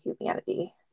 humanity